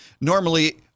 normally